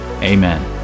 amen